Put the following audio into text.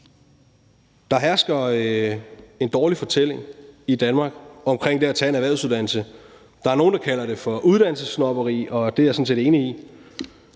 Der hersker en dårlig fortælling i Danmark omkring det at tage en erhvervsuddannelse. Der er nogle, der kalder det for uddannelsessnobberi, og det er jeg sådan set enig i.